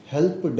Help